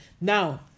Now